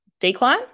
decline